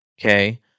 okay